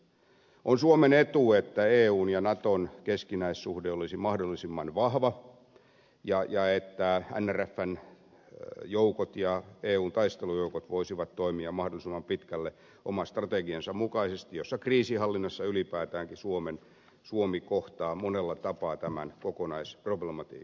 on suomen etu että eun ja naton keskinäissuhde olisi mahdollisimman vahva ja että nrfn joukot ja eun taistelujoukot voisivat toimia mahdollisimman pitkälle oman strategiansa mukaisesti jossa kriisinhallinnassa ylipäätäänkin suomi kohtaa monella tapaa tämän kokonaisproblematiikan